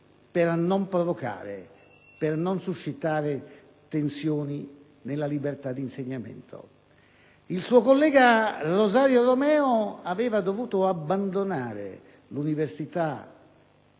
per non provocare, per non suscitare tensioni nella libertà di insegnamento. Il suo collega Rosario Romeo aveva dovuto abbandonare l'università